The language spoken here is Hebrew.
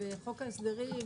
בחוק ההסדרים,